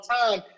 time